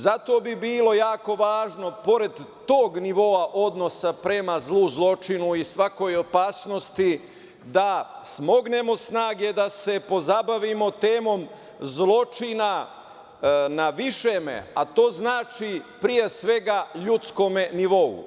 Zato bi bilo jako važno, pored tog nivoa odnosa prema zlu, zločinu i svakoj opasnosti, da smognemo snage da se pozabavimo temom zločina na višem, a to znači pre svega ljudskom nivou.